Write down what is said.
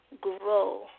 grow